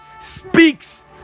speaks